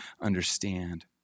understand